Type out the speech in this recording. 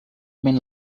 been